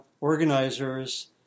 organizers